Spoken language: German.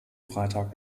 freitag